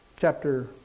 chapter